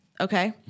Okay